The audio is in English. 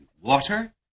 water